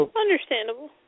Understandable